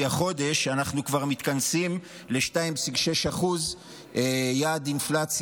החודש אנחנו כבר מתכנסים ל-2.6% יעד אינפלציה.